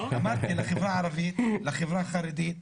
אמרתי, לחברה הערבית, לחברה החרדית,